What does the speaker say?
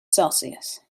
celsius